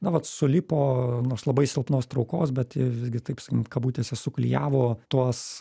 na vat sulipo nors labai silpnos traukos bet visgi taip sakykim kabutėse suklijavo tuos